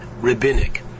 rabbinic